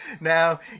Now